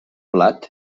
plat